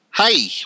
Hi